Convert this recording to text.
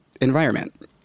environment